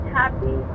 happy